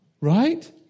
Right